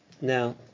Now